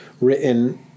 written